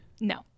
No